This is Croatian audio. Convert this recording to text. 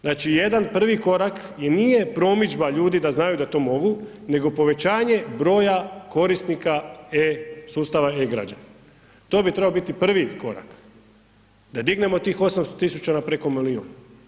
Znači jedan prvi korak i nije promidžba ljudi da znaju da to mogu nego povećanje broja korisnika e, sustava e-građanin, to bi trebao biti prvi korak da dignemo tih 800 000 na preko milijun.